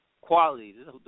qualities